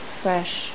fresh